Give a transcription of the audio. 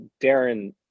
Darren